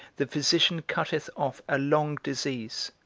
the physician cutteth off a long disease.